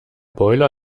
boiler